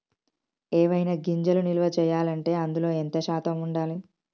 ఏవైనా గింజలు నిల్వ చేయాలంటే అందులో ఎంత శాతం ఉండాలి?